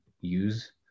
use